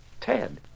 Ted